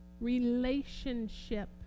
Relationship